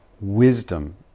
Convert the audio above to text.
wisdom